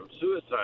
suicide